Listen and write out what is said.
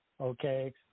okay